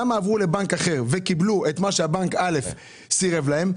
וכמה עברו לבנק אחר וקיבלו את מה שבנק א' סירב להם,